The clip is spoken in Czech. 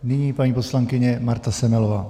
Nyní paní poslankyně Marta Semelová.